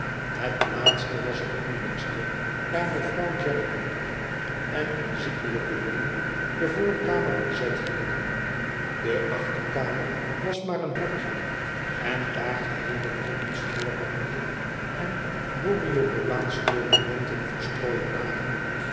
het laatste was het moeielijkste daar mevrouw jellyby en een ziekelijke jongen de voorkamer bezet hielden de achterkamer was maar een hokje en daar geheele hoopen scheurpapier en borrioboolaansche documenten verstrooid lagen